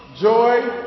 joy